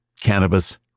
cannabis